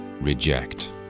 reject